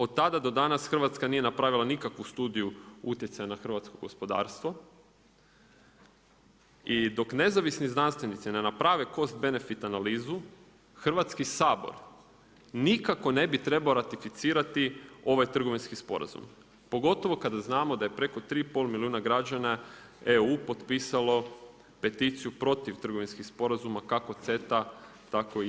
Od tada do danas Hrvatska nije napravila nikakvu studiju utjecaja na hrvatsko gospodarstvo, i dok nezavisni znanstvenici ne naprave cost benefit analizu, Hrvatski sabor nikako ne bi trebao ratificirati ovaj trgovinski sporazum, pogotovo kada znamo da je preko 3 i pol milijuna građana EU potpisalo peticiju protiv trgovinskih sporazuma kako CETA tako TTIP.